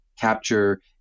capture